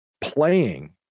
playing